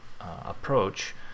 approach